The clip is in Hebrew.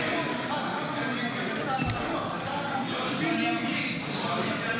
הסתייגות 101 לא נתקבלה.